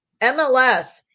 MLS